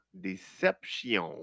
deception